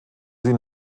sie